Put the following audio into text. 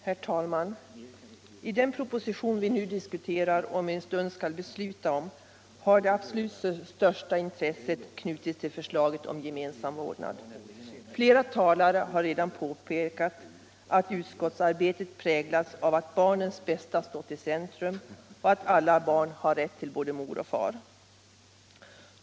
Herr talman! I den proposition vi nu diskuterar och om en stund skall besluta om har det absolut största intresset knutits till förslaget om gemensam vårdnad. Flera talare har redan påpekat att utskottsarbetet har präglats av att barnens bästa stått i centrum och att alla barn har rätt till både mor och far.